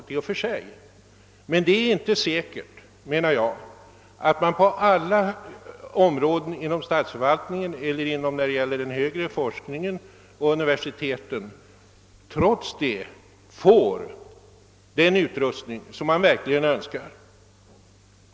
Men jag menar att det inte är säkert att man på alla områden inom <statsförvaltningen, den högre forskningen och vid universiteten här i landet då erhåller den utrustning man verkligen vill ha.